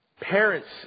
Parents